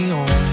on